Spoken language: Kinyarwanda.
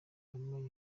kagame